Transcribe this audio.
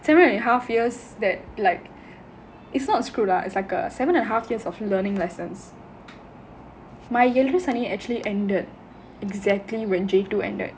seven and a half years that like it's not screwed ah it's like a seven and a half years of learning lessons my Ezharai Sani: ezharai sani actually ended exactly when J two ended